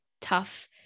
tough